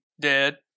dead